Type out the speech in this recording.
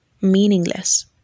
meaningless